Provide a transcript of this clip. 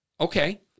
Okay